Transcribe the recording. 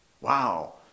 Wow